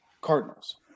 Cardinals